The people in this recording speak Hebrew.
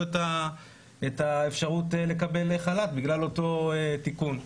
את האפשרות לקבל חל"ת בגלל אותו תיקון,